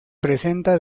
presenta